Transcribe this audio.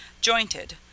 jointed